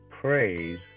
praise